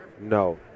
no